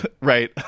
Right